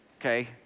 Okay